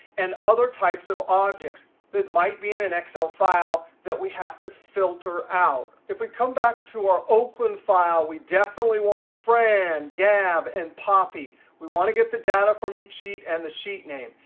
and other types of objects that might be in an excel file that we have to filter out. if we come back to our oakland file, we definitely want fran, gab, and poppy. we want to get the data from each sheet and the sheet name.